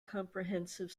comprehensive